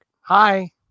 Hi